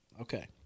Okay